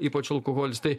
ypač alkoholis tai